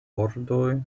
bordoj